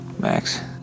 Max